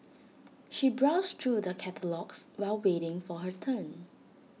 she browsed through the catalogues while waiting for her turn